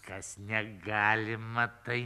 kas negalima tai